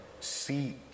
see